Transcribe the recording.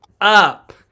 up